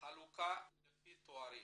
חלוקה לפי תארים.